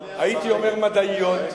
הייתי אומר מדעיות,